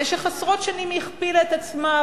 במשך עשרות שנים היא הכפילה את עצמה,